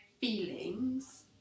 feelings